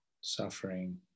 suffering